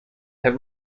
have